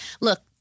look